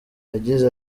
yagize